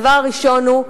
הדבר הראשון הוא,